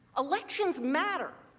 elections matter.